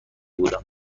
بودم